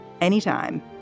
anytime